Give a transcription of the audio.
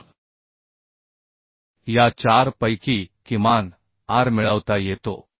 तर या 4 पैकी किमान आर मिळवता येतो